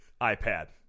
iPad